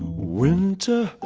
winter,